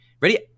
Ready